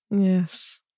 Yes